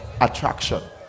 attraction